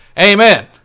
Amen